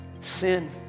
sin